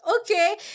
okay